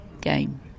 game